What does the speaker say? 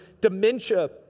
dementia